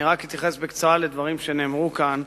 אני רק אתייחס בקצרה לדברים שנאמרו כאן.